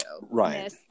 Right